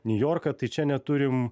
niujorką tai čia neturim